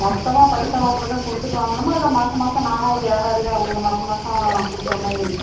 மொத்தமாக பைசாவை உங்கள் கிட்ட கொடுத்துட்டு வாங்கணுமா இல்லை மாதம் மாதம் நானும் ஒரு வியாபாரி தான் கொஞ்சம் மாதம் மாதம் கொடுக்குற மாதிரி